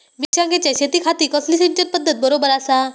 मिर्षागेंच्या शेतीखाती कसली सिंचन पध्दत बरोबर आसा?